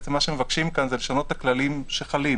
מה שמבקשים כאן זה לשנות את הכללים שחלים.